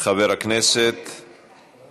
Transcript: נאמר